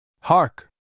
Hark